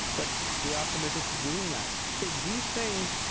but they are committed to doing that. so these things,